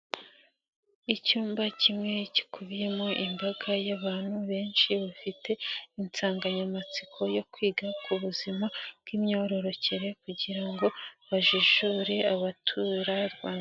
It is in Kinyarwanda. Icyumba kimwe gikubiyemo imbaga y'abantu benshi bafite insanganyamatsiko yo kwiga ku buzima bw'imyororokere, kugira ngo bajijure abatura Rwanda.